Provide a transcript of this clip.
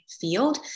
field